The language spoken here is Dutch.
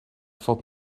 valt